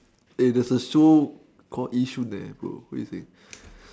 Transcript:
there's a show called Yishun bro what you think